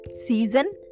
season